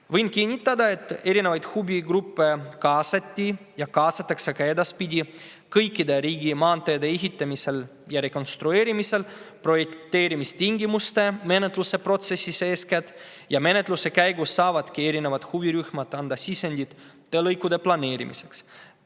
Võin kinnitada, et erinevaid huvigruppe kaasati ja kaasatakse ka edaspidi kõikide riigimaanteede ehitamisse ja rekonstrueerimisse, eeskätt projekteerimistingimuste menetluse protsessi. Menetluse käigus saavadki erinevad huvirühmad anda sisendit teelõikude planeerimiseks.